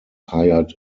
hired